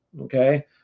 okay